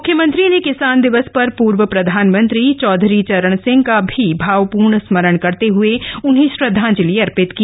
म्ख्यमंत्री ने किसान दिवस पर पूर्व प्रधानमंत्री चौधरी चरण सिंह का भी भावपूर्ण स्मरण कर उन्हें श्रद्धांजलि अर्पित की